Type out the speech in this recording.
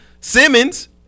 Simmons